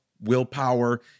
willpower